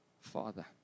Father